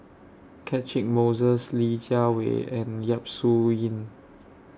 Catchick Moses Li Jiawei and Yap Su Yin